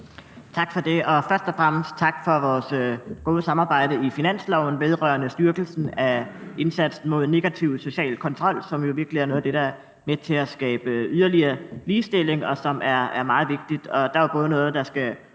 Tak for det, og først og fremmest tak for vores gode samarbejde i forbindelse med finansloven vedrørende styrkelsen af indsatsen mod negativ social kontrol, som jo virkelig er noget af det, der er med til at skabe yderligere ligestilling, og som er meget vigtigt. Og der er jo noget, der skal